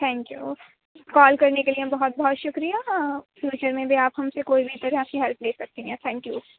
thank you کال کرنے کے لیے بہت بہت شُکریہ مجھے اُمید ہے آپ ہم سے کوئی بھی طرح کی ہیلپ لے سکتی ہیں تھینک یو